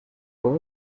puedo